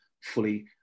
fully